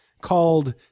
called